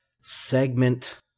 segment